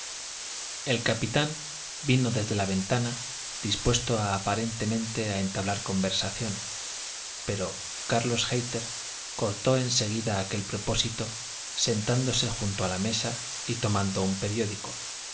el capitán vino desde la ventana dispuesto aparentemente a entablar conversación pero carlos hayter cortó en seguida aquel propósito sentándose junto a la mesa y tomando un periódico